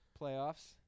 playoffs